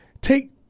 take